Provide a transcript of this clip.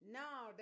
now